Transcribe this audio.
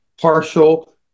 partial